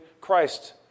Christ